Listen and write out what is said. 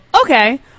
okay